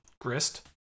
Grist